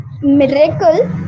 miracle